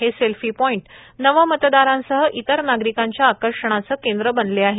हे selfie point नवमतदारासह इतर नागरिकांच्या आकर्षनाचे केंद्र बनले आहेत